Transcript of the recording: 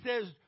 says